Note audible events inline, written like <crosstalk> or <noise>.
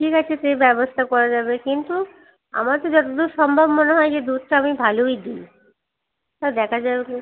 ঠিক আছে সে ব্যবস্থা করা যাবে কিন্তু আমার তো যতদূর সম্ভব মনে হয় যে দুধটা আমি ভালোই দিই বা <unintelligible>